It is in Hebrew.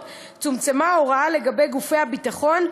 צומצמה ההוראה לגבי גופי הביטחון,